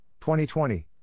2020